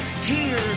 tears